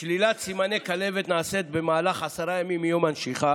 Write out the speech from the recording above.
שלילת סימני כלבת נעשית במהלך עשרה ימים מיום הנשיכה